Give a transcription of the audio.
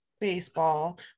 baseball